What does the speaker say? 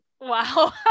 wow